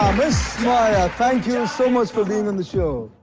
miss maya. thank you so much for being on the show.